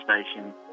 station